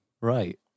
Right